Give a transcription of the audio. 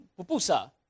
pupusa